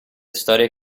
storie